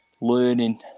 learning